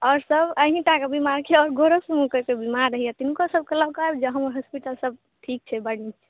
आओर सब अहीँ टा बीमार छी आओर घरोपर कोइ कोइ बीमार रहइए तिनको सबके लअके आबि जाउ हमर हॉस्पिटल सब ठीक छी बड़ नीक छै